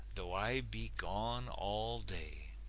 though i be gone all day.